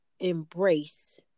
embrace